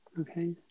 Okay